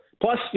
Plus